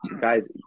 guys